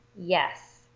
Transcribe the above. Yes